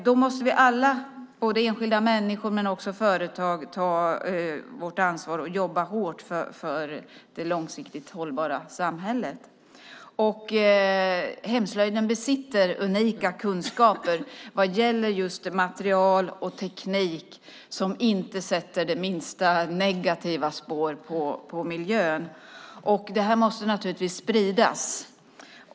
Då måste vi alla både enskilda människor och företag ta vårt ansvar och jobba hårt för det långsiktigt hållbara samhället. Hemslöjden besitter unika kunskaper vad gäller just material och teknik som inte sätter det minsta negativa spår på miljön. Det måste naturligtvis spridas.